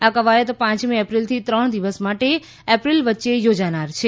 આ કવાયત પાંચમી એપ્રિલથી ત્રણ દિવસ માટે એપ્રિલ વચ્ચે યોજાનાર છે